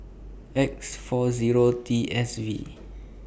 X four Zero T S V